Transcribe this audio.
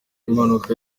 impanuka